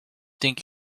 think